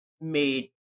made